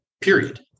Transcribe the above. Period